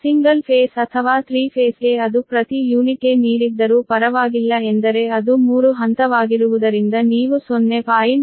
single phase ಅಥವಾ three ಫೇಸ್ಗೆ ಅದು ಪ್ರತಿ ಯೂನಿಟ್ಗೆ ನೀಡಿದ್ದರೂ ಪರವಾಗಿಲ್ಲ ಎಂದರೆ ಅದು ಥ್ರೀ ಫೇಸ್ ಆಗಿರುವುದರಿಂದ ನೀವು 0